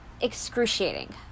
excruciating